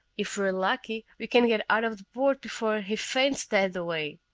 if we're lucky, we can get out of the port before he faints dead away.